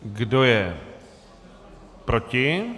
Kdo je proti?